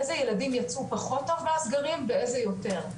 איזה ילדים יצאו פחות ארבעה סגרים ואיזה יותר,